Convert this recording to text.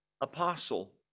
apostle